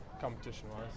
competition-wise